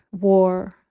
war